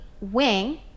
wing